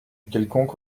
quelconque